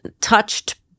touched